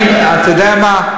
אתה יודע מה?